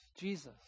Jesus